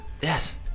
Yes